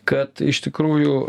kad iš tikrųjų